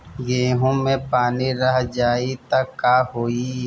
गेंहू मे पानी रह जाई त का होई?